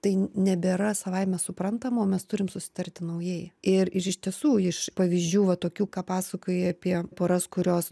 tai nebėra savaime suprantama o mes turim susitarti naujai ir ir iš tiesų iš pavyzdžių va tokių ką pasakojai apie poras kurios